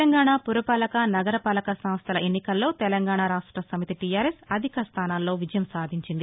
తెలంగాణా పురపాలక నగరపాలక సంస్టల ఎన్నికల్లో తెలంగాణా రాష్ట సమితి టీఆర్ఎస్ అధిక స్దానాల్లో విజయం సాధించింది